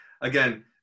Again